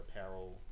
apparel